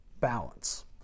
balance